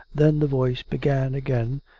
then the voice began again,